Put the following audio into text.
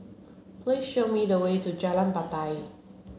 please show me the way to Jalan Batai